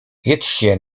jedźcie